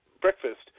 breakfast